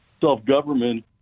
self-government